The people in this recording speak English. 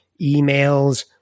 emails